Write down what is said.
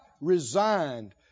resigned